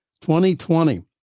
2020